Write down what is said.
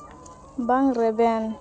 ᱵᱟᱝ ᱨᱮᱵᱮᱱ